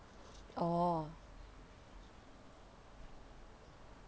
orh